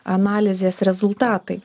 analizės rezultatai